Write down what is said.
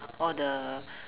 all the